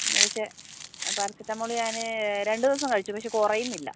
ഇന്ന് പക്ഷേ പാരസെറ്റമോള് ഞാൻ രണ്ട് ദിവസം കഴിച്ചു പക്ഷേ കുറയുന്നില്ല